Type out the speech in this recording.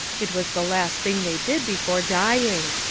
it was the last thing they did before dying.